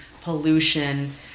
pollution